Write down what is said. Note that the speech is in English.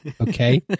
Okay